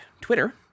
Twitter